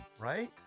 right